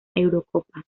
eurocopa